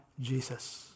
Jesus